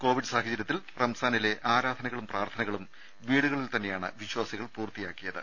Covid സാഹചര്യത്തിൽ റംസാനിലെ ആരാധനകളും പ്രാർത്ഥനകളും വീടുകളിൽ തന്നെയാണ് വിശ്വാസികൾ പൂർത്തിയാക്കിയത്